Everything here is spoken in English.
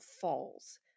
falls